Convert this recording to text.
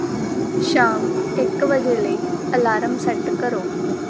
ਸ਼ਾਮ ਇੱਕ ਵਜੇ ਲਈ ਅਲਾਰਮ ਸੈੱਟ ਕਰੋ